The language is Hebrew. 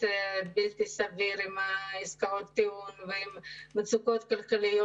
בלתי סביר עם עסקאות טיעון ועם מצוקות כלכליות.